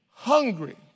hungry